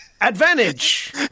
Advantage